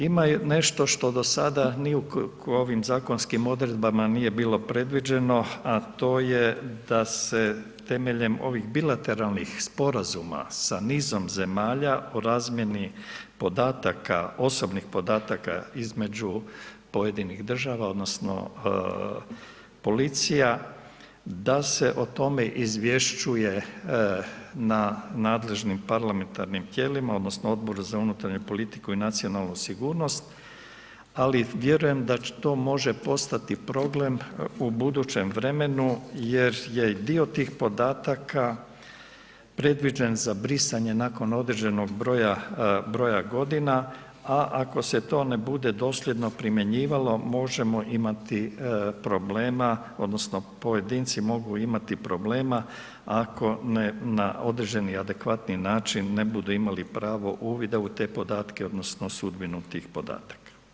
Ima nešto što do sada u ovim zakonskim odredbama nije bilo predviđeno, a to je da se temeljem ovih bilateralnih sporazuma sa nizom zemalja, o razmjeni podataka, osobnih podataka između pojedinih država, odnosno, policija, da se o tome izvješćuje na nadležnim parlamentarnim tijelima, odnosno, Odboru za unutarnju politiku i nacionalnu sigurnost, ali vjerujem da to može postati problem u budućem vremenu, jer je dio tih podataka predviđen za brisanje nakon određenog broja godina, a ako se to ne bude dosljedno primjenjivalo, možemo imati problema, odnosno, pojedinci mogu imati problema, ako ne na određeni, adekvatni način, ne budu imali pravo uvida u te podatke, odnosno, sudbinu tih podataka.